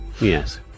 yes